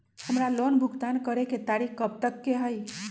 हमार लोन भुगतान करे के तारीख कब तक के हई?